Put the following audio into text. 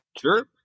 Sure